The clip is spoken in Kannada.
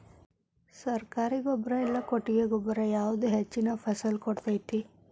ಸರ್ಕಾರಿ ಗೊಬ್ಬರ ಇಲ್ಲಾ ಕೊಟ್ಟಿಗೆ ಗೊಬ್ಬರ ಯಾವುದು ಹೆಚ್ಚಿನ ಫಸಲ್ ಕೊಡತೈತಿ?